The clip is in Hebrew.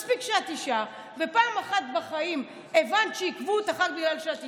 מספיק שאת אישה ופעם אחת בחיים הבנת שעיכבו אותך רק בגלל שאת אישה.